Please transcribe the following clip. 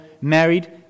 married